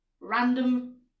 random